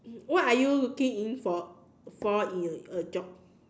what are you looking in for for in a a job